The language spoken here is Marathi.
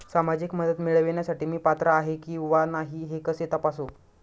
सामाजिक मदत मिळविण्यासाठी मी पात्र आहे किंवा नाही हे कसे तपासू?